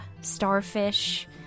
starfish